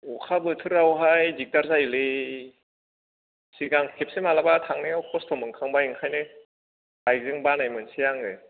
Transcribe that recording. अखा बोथोराव हाय दिगदार जायोलै सिगां खेबसे मालाबा थांनायाव खस्थ' मोनखांबाय ओंखायनो बाइकजों बानाय मोनोसै आङो